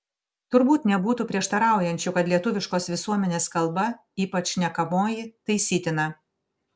turbūt nebūtų prieštaraujančių kad lietuviškos visuomenės kalba ypač šnekamoji taisytina